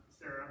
Sarah